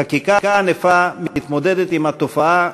חקיקה ענפה מתמודדת עם התופעה